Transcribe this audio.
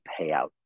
payout